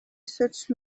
such